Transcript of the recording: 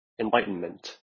enlightenment